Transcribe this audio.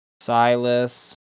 Silas